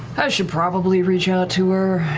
i should probably reach out to her.